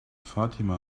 fatima